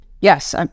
Yes